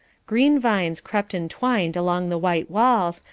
green vines crept and twined along the white walls,